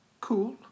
cool